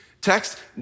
text